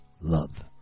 love